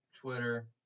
Twitter